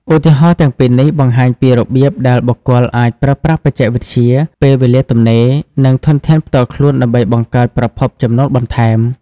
ឧទាហរណ៍ទាំងពីរនេះបង្ហាញពីរបៀបដែលបុគ្គលអាចប្រើប្រាស់បច្ចេកវិទ្យា ពេលវេលាទំនេរ និងធនធានផ្ទាល់ខ្លួនដើម្បីបង្កើតប្រភពចំណូលបន្ថែម។